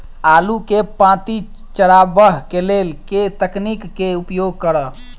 आलु केँ पांति चरावह केँ लेल केँ तकनीक केँ उपयोग करऽ?